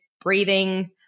breathing